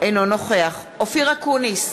אינו נוכח אופיר אקוניס,